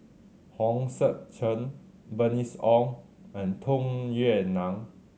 Hong Sek Chern Bernice Ong and Tung Yue Nang